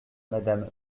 madame